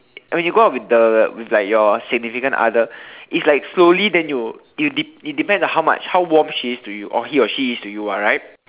when you go out with the with like your significant other it's like slowly then you dep~ depends on how much how warm she is to you or he or she is to you [what] right